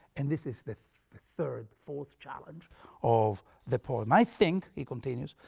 and this is the third fourth challenge of the poem. i think, he continues,